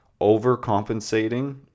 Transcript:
overcompensating